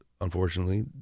unfortunately